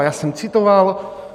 Já jsem citoval.